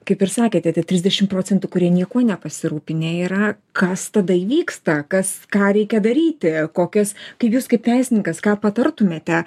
kaip ir sakėte tie trisdešim procentų kurie niekuo nepasirūpinę yra kas tada įvyksta kas ką reikia daryti kokios kaip jūs kaip teisininkas ką patartumėte